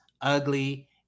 ugly